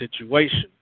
situation